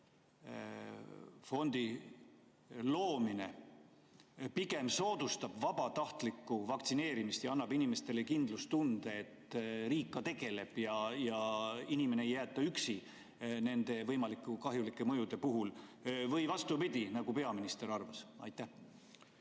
fondi loomine pigem soodustab vabatahtlikku vaktsineerimist ja annab inimestele kindlustunde, et riik ka tegeleb ja inimest ei jäeta üksi võimalike kahjulike mõjude puhul, või vastupidi, nagu peaminister arvas? Aitäh!